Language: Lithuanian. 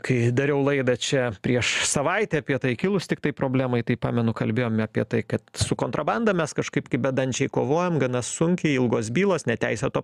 kai dariau laidą čia prieš savaitę apie tai kilus tiktai problemai tai pamenu kalbėjome apie tai kad su kontrabanda mes kažkaip kaip bedančiai kovojom gana sunkiai ilgos bylos neteisėto